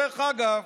דרך אגב,